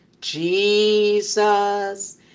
jesus